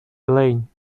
elaine